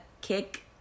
kick